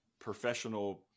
professional